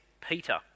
Peter